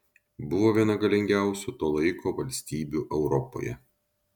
buvo viena galingiausių to laiko valstybių europoje